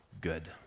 good